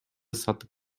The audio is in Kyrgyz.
сатып